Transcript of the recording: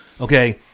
Okay